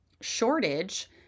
shortage